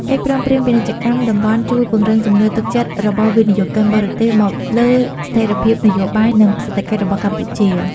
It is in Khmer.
កិច្ចព្រមព្រៀងពាណិជ្ជកម្មតំបន់ជួយពង្រឹងជំនឿទុកចិត្តរបស់វិនិយោគិនបរទេសមកលើស្ថិរភាពនយោបាយ និងសេដ្ឋកិច្ចរបស់កម្ពុជា។